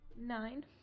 Nine